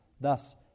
thus